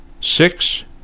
Six